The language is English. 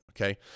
okay